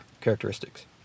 characteristics